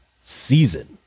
season